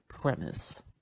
premise